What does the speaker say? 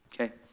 okay